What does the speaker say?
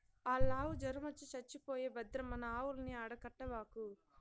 ఆల్లావు జొరమొచ్చి చచ్చిపోయే భద్రం మన ఆవుల్ని ఆడ కట్టబాకు